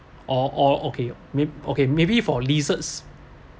orh okay may okay maybe for lizards